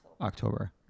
October